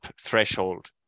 threshold